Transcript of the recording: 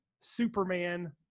Superman